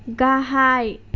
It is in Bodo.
गाहाय